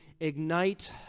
ignite